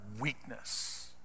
weakness